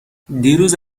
دیروز